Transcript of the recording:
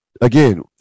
again